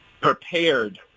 prepared